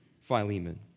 Philemon